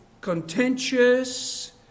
contentious